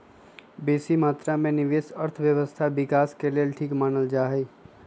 बेशी मत्रा में निवेश अर्थव्यवस्था विकास के लेल ठीक मानल जाइ छइ